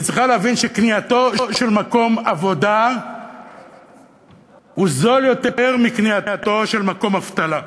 צריכה להבין שקנייתו של מקום עבודה זולה יותר מקנייתו של מקום אבטלה.